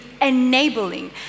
enabling